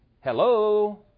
Hello